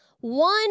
one